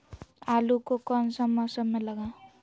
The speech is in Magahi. आलू को कौन सा मौसम में लगाए?